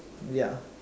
ya